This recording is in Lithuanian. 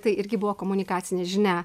tai irgi buvo komunikacinė žinia